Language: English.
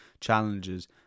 challenges